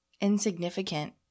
insignificant